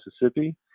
Mississippi